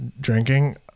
drinking